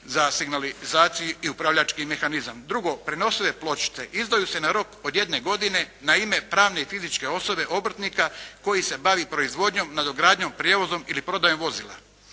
za signalizaciju i upravljački mehanizam. Drugo. Prenosive pločice izdaju se na rok od jedne godine na ime pravne i fizičke osobe, obrtnika koji se bavi proizvodnjom, nadogradnjom, prijevozom ili prodajom vozila,